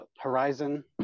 Horizon